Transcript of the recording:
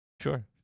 Sure